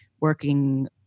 working